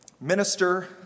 minister